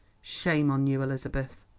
shame on you, elizabeth!